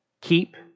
Keep